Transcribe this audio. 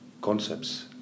concepts